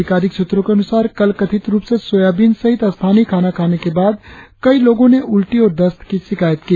अधिकारिक सूत्रों के अनुसार कल कथित रुप से सोयाबीन सहित स्थानीय खाना खाने के बाद कई लोगों ने उल्टी और दस्त की शिकायत की